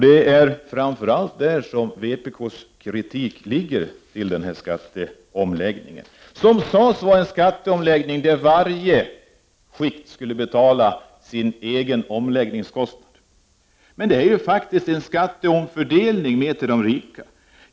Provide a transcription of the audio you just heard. Det är framför allt mot den punkten som vpk:s kritik riktar sig i denna skatteomläggning, som sades vara en skatteomläggning där varje skikt skulle betala sin egen omläggningskostnad. Men det är ju faktiskt en skatteomläggning som ger mer till de rika.